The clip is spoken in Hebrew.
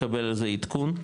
לקבל על זה עדכון.